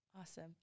Awesome